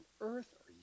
earth